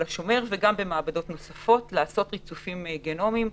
השומר וגם במעבדות נוספות לעשות ריצופים גנומיים.